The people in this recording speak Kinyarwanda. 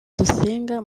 dusenga